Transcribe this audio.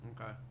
okay